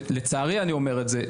לצערי אני אומר את זה,